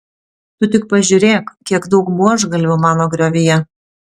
tu tik pažiūrėk kiek daug buožgalvių mano griovyje